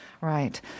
Right